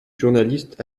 journaliste